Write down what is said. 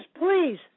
please